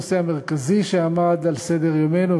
הנושא המרכזי שעמד על סדר-יומנו,